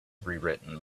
rewritten